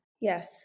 Yes